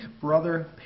brother